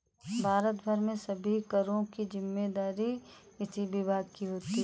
भारत भर में सभी करों की जिम्मेदारी इसी विभाग की होती है